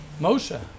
Moshe